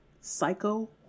psycho